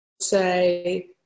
say